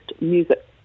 music